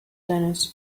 tennis